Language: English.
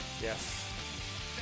Yes